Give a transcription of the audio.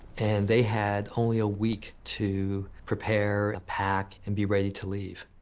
and they had only a week to prepare, pack, and be ready to leave.